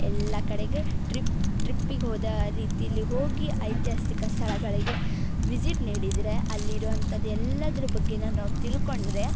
ಎಲ್ಲ ಕಡೆಗೆ ಟ್ರಿಪ್ ಟ್ರಿಪ್ಪಿಗೆ ಹೋದಾ ರೀತಿಲಿ ಹೋಗಿ ಐತಿಹಾಸಿಕ ಸ್ಥಳಗಳಿಗೆ ವಿಝಿಟ್ ನೀಡಿದರೆ ಅಲ್ಲಿ ಇರುವಂಥದ್ದು ಎಲ್ಲದ್ರ ಬಗ್ಗೆನ ನಾವು ತಿಳ್ಕೊಂಡರೆ